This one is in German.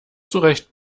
zurecht